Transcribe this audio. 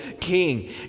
king